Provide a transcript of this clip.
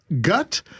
gut